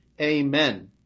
amen